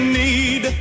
need